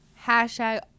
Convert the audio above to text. Hashtag